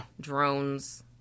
Drones